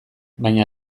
baina